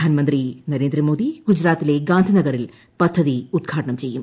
പ്രധാനമന്ത്രി നരേന്ദ്രമോദി ഗുജറാത്തിലെ ഗാന്ധിനഗറിൽ പദ്ധതി ഉദ്ഘാടനം ചെയ്യും